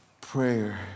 Prayer